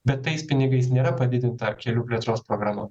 bet tais pinigais nėra padidinta kelių plėtros programa